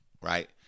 right